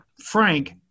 Frank